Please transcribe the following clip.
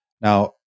Now